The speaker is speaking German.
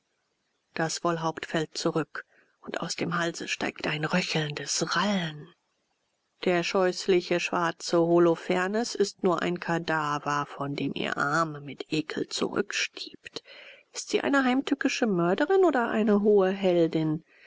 das wollhaupt fällt zurück und aus dem halse steigt ein röchelndes rallen der scheußliche schwarze holofernes ist nur ein kadaver von dem ihr arm mit ekel zurückstiebt ist sie eine heimtückische mörderin oder eine hohe heldin